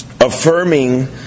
Affirming